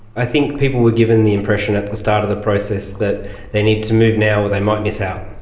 i think people were given the impression at the start of the process that they need to move now or they might miss out,